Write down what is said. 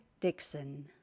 Dixon